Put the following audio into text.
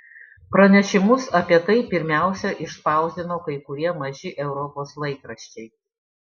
pranešimus apie tai pirmiausia išspausdino kai kurie maži europos laikraščiai